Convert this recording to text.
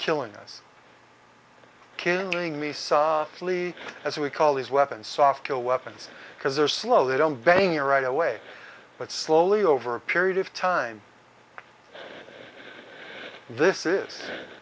killing us killing me softly as we call these weapons soft kill weapons because they're slow they don't bang your right away but slowly over a period of time this is